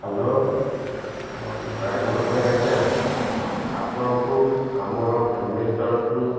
hello ହଁ driver ଭାଇ ଆଜ୍ଞା ଆପଣଙ୍କୁ ଆମର ଫ୍ୟାମିଲି ତରଫରୁ